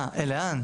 מה, לאן?